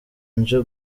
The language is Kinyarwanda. nje